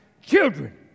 children